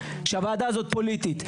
שהוועדה הזאת פוליטית.